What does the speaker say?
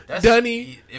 Dunny